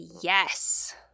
yes